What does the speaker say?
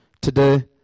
today